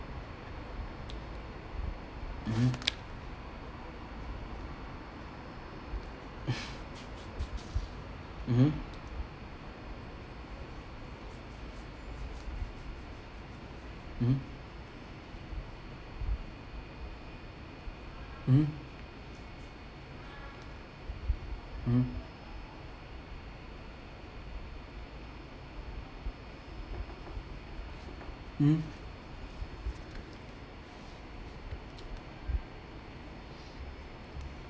mmhmm mmhmm mmhmm mmhmm mmhmm mm